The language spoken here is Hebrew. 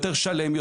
יותר שלם,